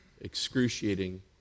excruciating